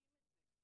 מרגישים את זה,